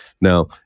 now